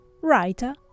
writer